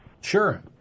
Sure